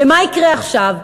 ומה יקרה עכשיו?